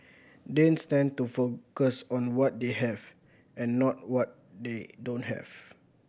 Danes tend to focus on what they have and not what they don't have